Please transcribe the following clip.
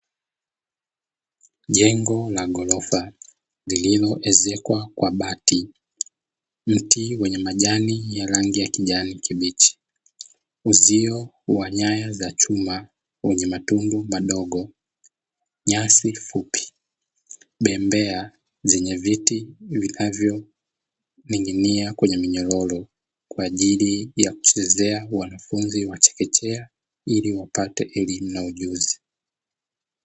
Jengo la ghorofa lililoezekwa kwa bati, mti wenye majani ya rangi ya kijani kibichi, uzio wa nyaya za chuma wenye matundu madogo, nyasi fupi, bembea zenye viti vinavyo ning'inia kwenye minyororo kwa ajili ya kuchezeaa wanafunzi wa chekechea ili wapate elimu na ujuzi.